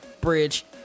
bridge